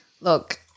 Look